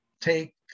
take